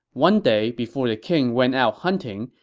one day, before the king went out hunting,